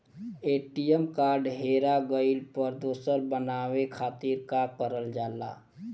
ATM card हेरा गइल पर दोसर बनवावे खातिर का करल जाला?